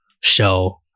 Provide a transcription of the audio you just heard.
show